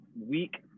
week